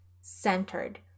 Centered